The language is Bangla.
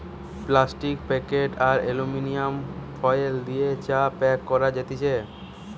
প্লাস্টিক প্যাকেট আর এলুমিনিয়াম ফয়েল দিয়ে চা প্যাক করা যাতেছে